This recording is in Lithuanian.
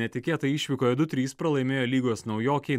netikėtai išvykoje du trys pralaimėjo lygos naujokei